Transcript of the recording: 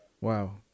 Wow